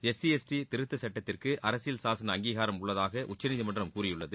SC ST திருத்தச் சுட்டத்திற்கு அரசியல் சாசன அங்கீகாரம் உள்ளதாக உச்சநீதிமன்றம் கூறியுள்ளது